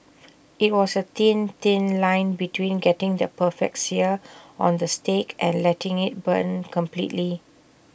IT was A thin thin line between getting the perfect sear on the steak and letting IT burn completely